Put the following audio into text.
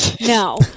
No